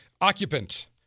occupant